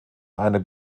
eine